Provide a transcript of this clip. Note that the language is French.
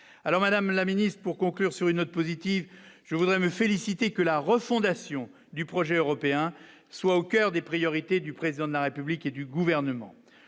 alors Madame la Ministre, pour conclure sur une note positive, je voudrais me féliciter que la refondation du projet européen soit au coeur des priorités du président de la République et du gouvernement,